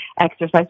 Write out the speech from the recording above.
exercise